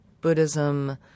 Buddhism